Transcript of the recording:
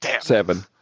Seven